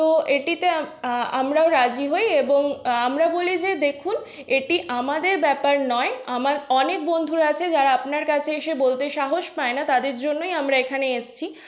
তো এটিতে আ আমরাও রাজি হই এবং আমরা বলি যে দেখুন এটি আমাদের ব্যাপার নয় আমার অনেক বন্ধুরা আছে যারা আপনার কাছে এসে বলতে সাহস পায় না তাদের জন্যই আমরা এখানে এসছি